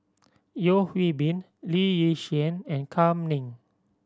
Yeo Hwee Bin Lee Yi Shyan and Kam Ning